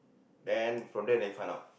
then from there then find out